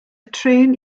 trên